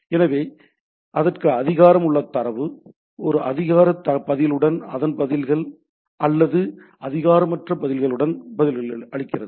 எனவே அதற்கு அதிகாரம் உள்ள தரவு ஒரு அங்கீகார பதிலுடன் அதன் பதில்கள் அல்லது அங்கீகாரமற்ற பதில்களுடன் பதிலளிக்கிறது